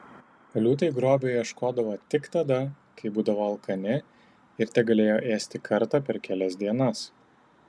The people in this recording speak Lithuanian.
liūtai grobio ieškodavo tik tada kai būdavo alkani ir tegalėjo ėsti kartą per kelias dienas